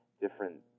different